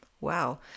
Wow